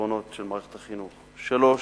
לפתרונות של מערכת החינוך, שלישית,